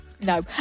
no